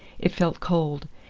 it felt cold,